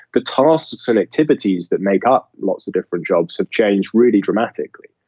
the tasks and activities that make up lots of different jobs have changed really dramatically.